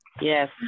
Yes